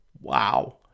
wow